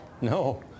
No